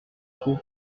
trop